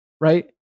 Right